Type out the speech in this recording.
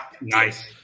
Nice